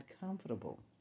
comfortable